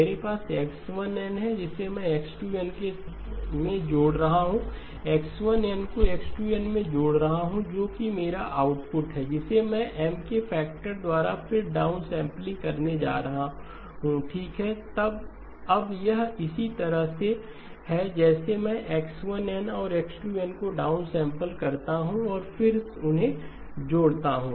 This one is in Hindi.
मेरे पास X1n है जिसे मैं X2n में जोड़ रहा हूं X1n को X2n में जोड़ रहा हूं जो कि मेरा आउटपुट है जिसे मैं M के फैक्टर द्वारा फिर डाउनसैंपलिंग करने जा रहा हूं ठीक है अब यह इसी तरह से है जैसे मैं X1n औरX2n को डाउनसैंपल करता हूं और फिर उन्हें जोड़ता हूं